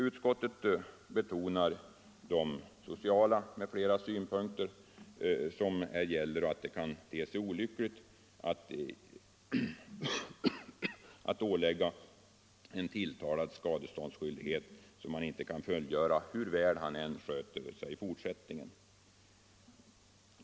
Utskottet betonar de sociala och andra synpunkter som här kan anläggas och framhåller att det kan te sig olyckligt att ålägga en tilltalad en skadeståndsskyldighet som han inte kan fullgöra, hur väl han än sköter sig i fortsättningen.